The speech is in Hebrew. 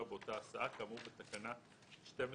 באותה הסעה כאמור בתקנה 12(ב)(6),